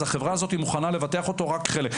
אז החברה מוכנה לבטח אותו רק חלקית.